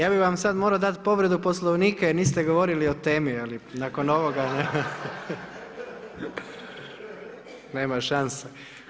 Ja bih vam sada morao dati povredu Poslovnika jer niste govorili o temi ali nakon ovoga nema šanse.